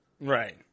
Right